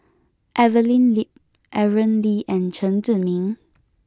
Evelyn Lip Aaron Lee and Chen Zhiming